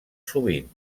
sovint